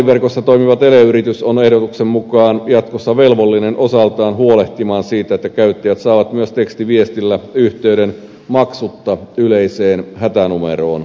puhelinverkossa toimiva teleyritys on ehdotuksen mukaan jatkossa velvollinen osaltaan huolehtimaan siitä että käyttäjät saavat myös tekstiviestillä yhteyden maksutta yleiseen hätänumeroon